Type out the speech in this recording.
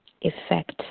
effect